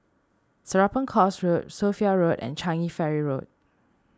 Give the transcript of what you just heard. Serapong Course Road Sophia Road and Changi Ferry Road